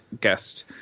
guest